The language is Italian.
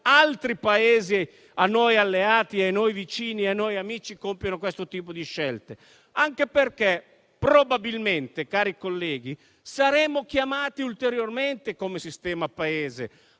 altri Paesi a noi alleati, a noi vicini e a noi amici, compiono questo tipo di scelte. Lo dico anche perché, probabilmente, saremo chiamati ulteriormente come sistema Paese